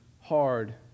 hard